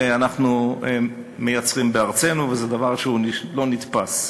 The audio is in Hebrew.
אנחנו מייצרים בארצנו, וזה דבר לא נתפס.